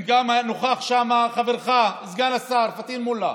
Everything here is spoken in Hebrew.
וגם היה נוכח שם חברך, סגן השר פטין מולא.